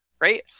right